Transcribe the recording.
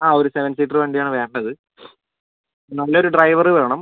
ആ ഒരു seven seater വണ്ടിയാണ് വേണ്ടത് നല്ലൊരു ഡ്രൈവർ വേണം